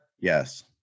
Yes